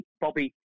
Bobby